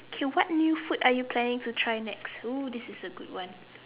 okay what new food are you planning to try next !woo! this is a good one